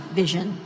vision